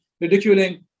ridiculing